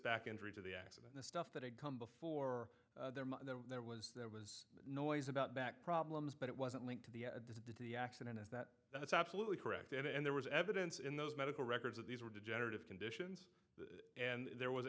back injury to the accident the stuff that had come before there was there was noise about back problems but it wasn't linked to the the accident is that that's absolutely correct and there was evidence in those medical records that these were degenerative conditions and there was